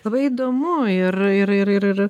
labai įdomu ir ir ir ir ir